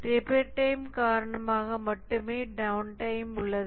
repair time காரணமாக மட்டுமே down time உள்ளது